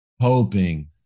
hoping